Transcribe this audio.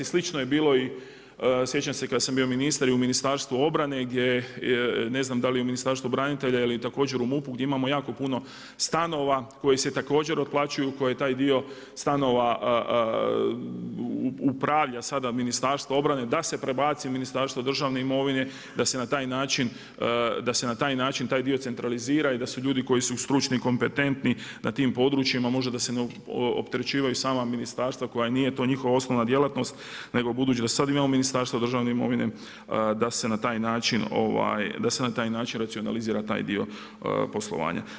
Slično je bilo i sjećam se kada sam bio ministar i u Ministarstvu obrane gdje ne znam da li u Ministarstvu branitelja ili također u MUP-u gdje imamo jako puno stanova koji se također otplaćuju koji taj dio stanova upravlja sada Ministarstvo obrane da se prebaci u Ministarstvo državne imovine, da se na taj način taj dio centralizira i da su ljudi koji su stručni i kompetentni na tim područjima možda da se ne opterećuju sama ministarstva koja nije to njihova osnovna djelatnost nego budući da sada imamo Ministarstvo državne imovine da se na taj način racionalizira taj dio poslovanja.